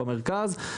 במרכז,